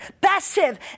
passive